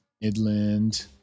Midland